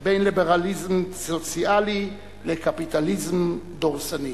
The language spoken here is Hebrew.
בין ליברליזם סוציאלי לקפיטליזם דורסני.